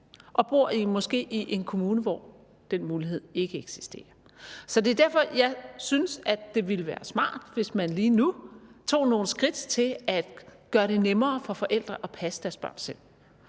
de bor måske en kommune, hvor den mulighed ikke eksisterer. Det er derfor, jeg synes, at det ville være smart, hvis man lige nu tog nogle skridt til at gøre det nemmere for forældre at passe deres børn selv.